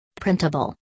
Printable